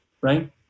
right